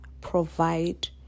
provide